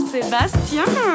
Sébastien